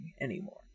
anymore